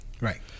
Right